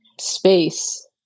space